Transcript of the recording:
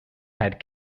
had